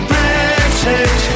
Brexit